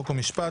חוק ומשפט.